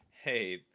hey